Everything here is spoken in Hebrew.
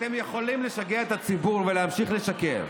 אתם יכולים לשגע את הציבור ולהמשיך לשקר,